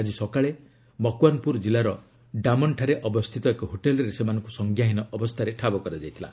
ଆଜି ସକାଳେ ମକୱାନପୁର କିଲ୍ଲାର ଡାମନଠାରେ ଅବସ୍ଥିତ ଏକ ହୋଟେଲ୍ରେ ସେମାନଙ୍କ ସଂଜ୍ଞାହୀନ ଅବସ୍ଥାରେ ଠାବ କରାଯାଇଥିଲା